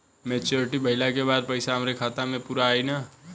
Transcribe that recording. Maturity भईला के बाद पईसा हमरे खाता म पूरा आई न?